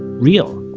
real